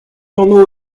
anv